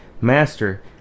master